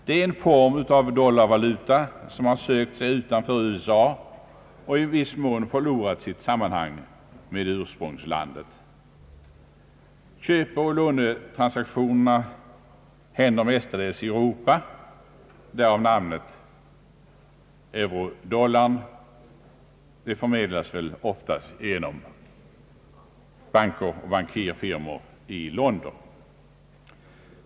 Det är en form av dollarvaluta som har sökt sig utanför USA och i viss mån förlorat sitt sammanhang med ursprungslandet. Köpoch lånetransaktionerna sker mestadels i Europa, därav namnet eurodollar. Dessa förmedlas väl oftast genom banker och bankirfirmor i London.